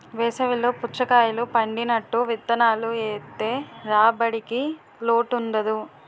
వేసవి లో పుచ్చకాయలు పండినట్టు విత్తనాలు ఏత్తె రాబడికి లోటుండదు